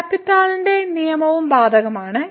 L ഹോസ്പിറ്റലിന്റെ നിയമവും ബാധകമാണ്